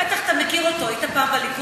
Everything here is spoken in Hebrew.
בטח אתה מכיר אותו, היית פעם בליכוד.